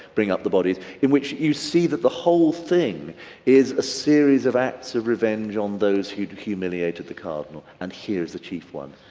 bring up the bodies, in which you see that the whole thing is a series of acts of revenge on those who had humiliated the cardinal and here is the chief one.